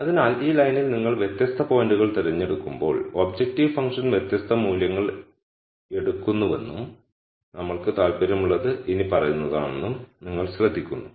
അതിനാൽ ഈ ലൈനിൽ നിങ്ങൾ വ്യത്യസ്ത പോയിന്റുകൾ തിരഞ്ഞെടുക്കുമ്പോൾ ഒബ്ജക്റ്റീവ് ഫംഗ്ഷൻ വ്യത്യസ്ത മൂല്യങ്ങൾ എടുക്കുന്നുവെന്നും നമ്മൾക്ക് താൽപ്പര്യമുള്ളത് ഇനിപ്പറയുന്നതാണെന്നും നിങ്ങൾ ശ്രദ്ധിക്കുന്നു